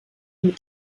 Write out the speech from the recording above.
mit